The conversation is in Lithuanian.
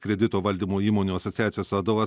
kredito valdymo įmonių asociacijos vadovas